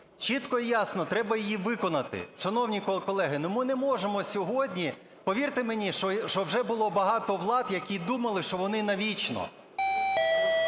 Чітко і ясно треба її виконати, шановні колеги, ми не можемо сьогодні, повірте мені, що вже було багато влад, які думали, що вони навічно.